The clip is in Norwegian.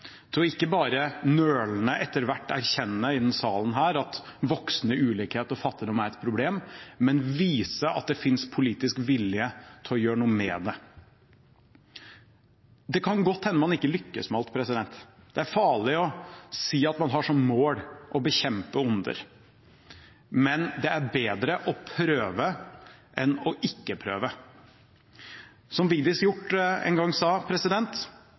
til ikke bare nølende etter hvert å erkjenne i denne salen at voksende ulikhet og fattigdom er et problem, men vise at det fins politisk vilje til å gjøre noe med det. Det kan godt hende man ikke lykkes med alt. Det er farlig å si at man har som mål å bekjempe onder. Men det er bedre å prøve enn å ikke prøve. Som Vigdis Hjorth en gang sa: